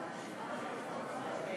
אדוני